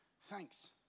Thanks